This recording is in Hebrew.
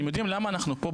אתם יודעים למה אנחנו פה,